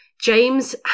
James